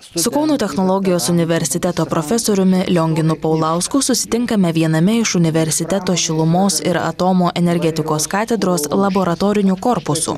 su kauno technologijos universiteto profesoriumi lionginu paulausku susitinkame viename iš universiteto šilumos ir atomo energetikos katedros laboratorinių korpusų